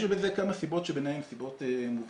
יש לזה כמה סיבות, ביניהן סיבות מובהקות.